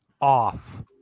off